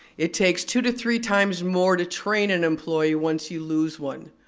it takes two to three times more to train an employee once you lose one.